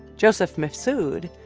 joseph mifsud,